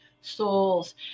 souls